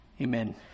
Amen